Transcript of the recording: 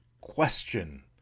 question